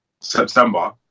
september